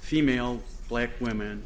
female black women